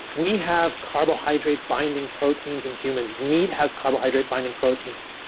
we have carbohydrate binding proteins in humans. meat has carbohydrate binding proteins.